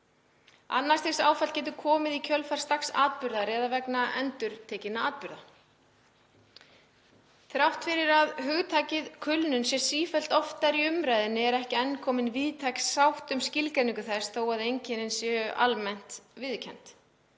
Annars stigs áfall getur komið í kjölfar staks atburðar eða vegna endurtekinna atburða. Þrátt fyrir að hugtakið kulnun sé sífellt oftar í umræðunni hefur ekki enn skapast víðtæk sátt um skilgreiningu þess þó að einkennin séu almennt viðurkennd.